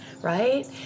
right